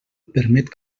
permet